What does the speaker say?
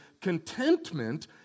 contentment